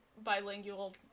bilingual